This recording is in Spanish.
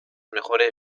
mejores